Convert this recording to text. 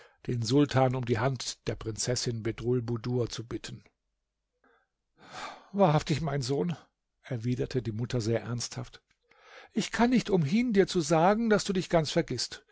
den sultan um die hand der prinzessin bedrulbudur zu bitten wahrhaftig mein sohn erwiderte die mutter sehr ernsthaft ich kann nicht umhin dir zu sagen daß du dich ganz vergißt